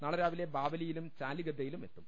നാളെ രാവിലെ ബാവലിയിലും ചാലിഗദ്ദയിലും എത്തും